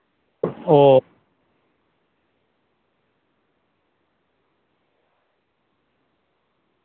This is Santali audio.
ᱚ